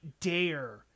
dare